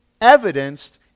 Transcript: evidenced